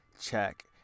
check